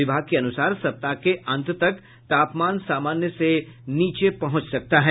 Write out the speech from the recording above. विभाग के अनुसार सप्ताह के अन्त तक तापमान सामान्य से नीचे पहुंच सकता है